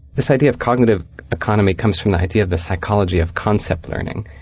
this idea of cognitive economy comes from the idea of the psychology of concept learning.